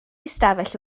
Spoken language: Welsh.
ystafell